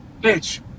bitch